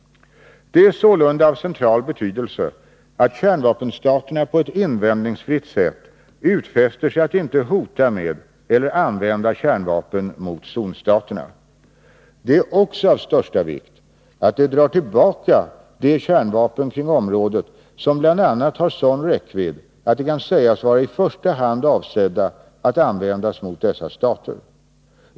Det är sålunda av central betydelse att kärnvapenstaterna på ett invändningsfritt sätt utfäster sig att inte hota med eller använda kärnvapen mot zonstaterna. Det är också av största vikt att de drar tillbaka de kärnvapen kring området som bl.a. har sådan räckvidd att de kan sägas vara i första hand avsedda att användas mot dessa stater.